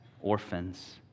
orphans